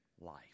life